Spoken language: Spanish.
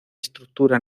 estructura